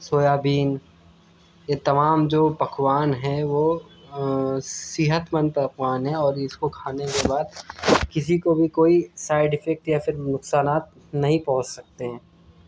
soybean یہ تمام جو پکوان ہیں وہ صحت مند پکوان ہے اور اس کو کھانے کے بعد کسی کو بھی کوئی سائڈ افیکٹ یا پھر نقصانات نہیں پہنچ سکتے ہیں